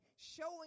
showing